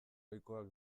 ohikoak